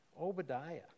Obadiah